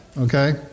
okay